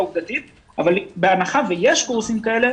מתקיימות הדרכות, בהנחה שיש קורסים כאלה,